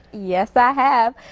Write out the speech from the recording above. yes, i have.